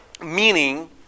meaning